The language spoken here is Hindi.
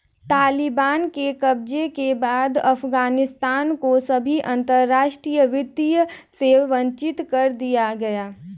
तालिबान के कब्जे के बाद अफगानिस्तान को सभी अंतरराष्ट्रीय वित्त से वंचित कर दिया गया